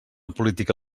política